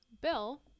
Bill